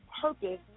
purpose